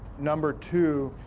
number two,